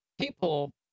people